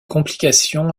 complication